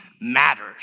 matters